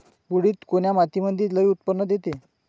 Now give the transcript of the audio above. उडीद कोन्या मातीमंदी लई उत्पन्न देते?